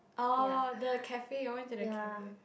oh the cafe you all went to the cafe